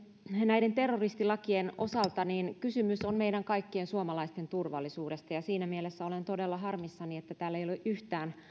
näiden terroristilakien osalta kysymys on meidän kaikkien suomalaisten turvallisuudesta ja siinä mielessä olen todella harmissani että täällä ei ole yhtään